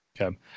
Okay